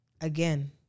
again